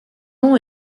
nom